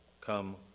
come